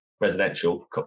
residential